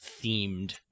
themed